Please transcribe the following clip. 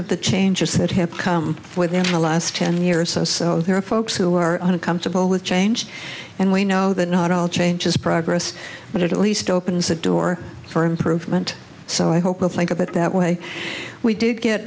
of the changes that have come within the last ten years so there are folks who are comfortable with change and we know that not all change is progress but at least opens a door for improvement so i hope i think of it that way we did get